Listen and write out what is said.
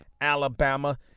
Alabama